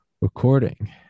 recording